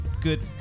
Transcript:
good